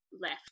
left